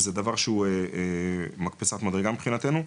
וזה דבר שהוא מקפצת מדרגה מבחינתנו.